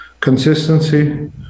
consistency